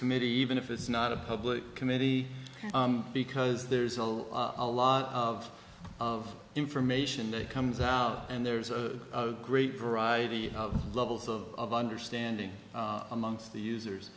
committee even if it's not a public committee because there's also a lot of of information that comes out and there's a great variety of levels of understanding amongst the users